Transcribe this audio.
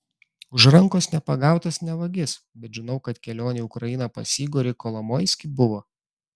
už rankos nepagautas ne vagis bet žinau kad kelionė į ukrainą pas igorį kolomoiskį buvo